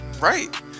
right